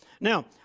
Now